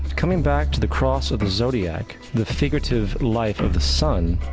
coming back to the cross of the zodiac, the figurative life of the sun,